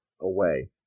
away